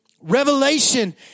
Revelation